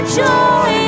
joy